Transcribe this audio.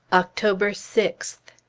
october sixth.